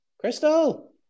Crystal